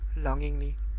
longingly.